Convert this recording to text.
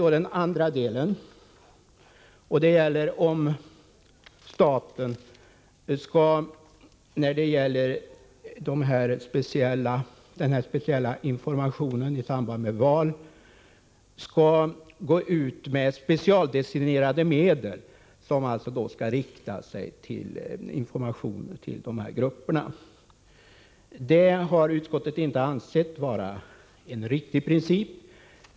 Sedan gäller det om staten skall ge ut speciell information med specialdestinerade medel till dessa grupper i samband med val. Utskottet har inte ansett att det är en riktig princip.